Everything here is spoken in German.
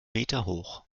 meterhoch